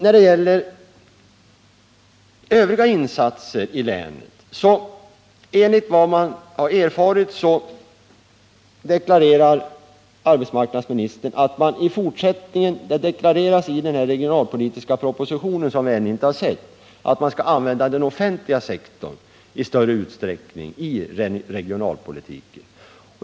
När det gäller övriga insatser i länet har jag erfarit att det i den regionalpolitiska propositionen — vi har ju inte sett den ännu — att man skall använda den offentliga sektorn i större utsträckning i regionalpolitiken.